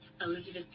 Elizabeth